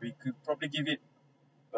we could probably give it